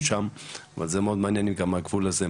שם אבל זה מאוד מעניין גם עם הגבול הזה.